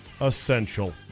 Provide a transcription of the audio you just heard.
essential